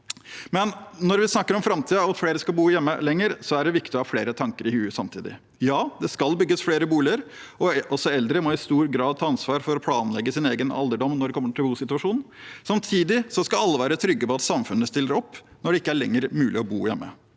Når vi snakker om framtiden og at flere skal bo hjemme lenger, er det viktig å ha flere tanker i hodet samtidig. Det skal bygges flere boliger, og også eldre må i stor grad ta ansvar for å planlegge sin egen alderdom når det gjelder bosituasjonen. Samtidig skal alle være trygge på at samfunnet stiller opp når det ikke lenger er mulig å bo hjemme.